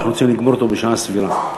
ואנחנו רוצים לגמור אותו בשעה סבירה.